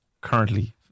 currently